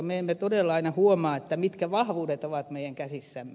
me emme todella aina huomaa mitkä vahvuudet ovat meidän käsissämme